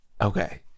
Okay